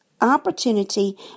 opportunity